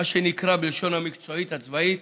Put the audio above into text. מה שנקרא בלשון המקצועית הצבאית,